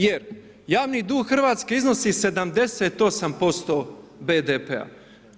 Jer javni dug Hrvatske iznosi 78% BDP-a.